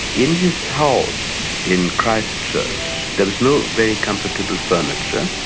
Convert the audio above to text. in his house in christchurch there was no very comfortable furniture.